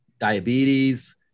diabetes